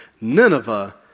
Nineveh